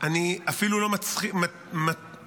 אני אפילו לא מתחיל